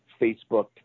Facebook